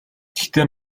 гэхдээ